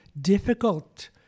difficult